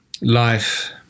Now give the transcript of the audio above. life